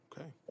okay